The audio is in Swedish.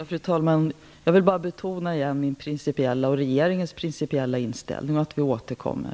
Fru talman! Jag vill bara åter betona min och regeringens principiella inställning och att vi återkommer.